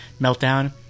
meltdown